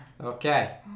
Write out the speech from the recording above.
Okay